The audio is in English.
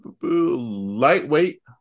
lightweight